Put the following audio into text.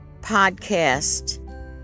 podcast